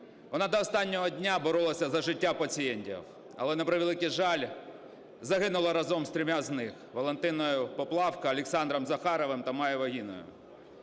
Вона до останнього дня боролася за життя пацієнтів, але, на превеликий жаль, загинула з трьома з них – Валентиною Поплавко, Олександром Захаровим та Майєю Вагіною.